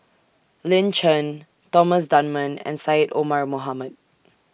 Lin Chen Thomas Dunman and Syed Omar Mohamed